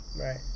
Right